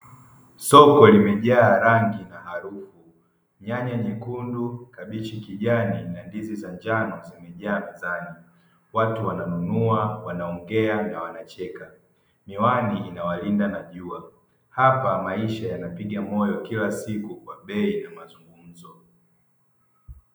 Soko limejaa rangi na harufu nyanya nyekundu, kabichi kijani na ndizi za njano watu wananunua wanaongea na wanacheka miwani inawakinga na jua hapa maisha inapiga moyo kila siku kwa bei na mazungumzo.